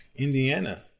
Indiana